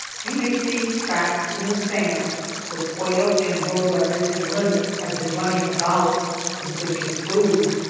you may see tracks in the sand where quail and road-runners and linnets have been running about in search of food.